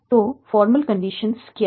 तो formal condition क्या हैं